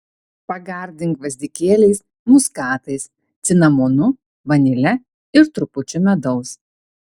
pagardink gvazdikėliais muskatais cinamonu vanile ir trupučiu medaus